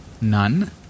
none